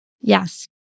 Yes